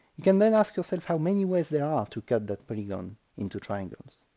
you can then ask yourself how many ways there are to cut that polygon into triangles.